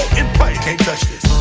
and play you can't touch this